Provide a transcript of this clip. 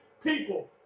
people